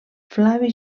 flavi